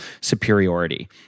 superiority